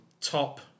top